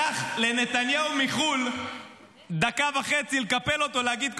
לקח לנתניהו מחו"ל דקה וחצי לקפל אותו ולהגיד,